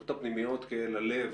למחלקות הפנימיות כאל הלב.